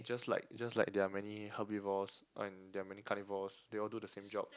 just like just like there are many herbivores and there are many carnivores they all do the same job